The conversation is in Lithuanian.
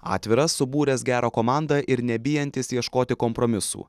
atviras subūręs gerą komandą ir nebijantis ieškoti kompromisų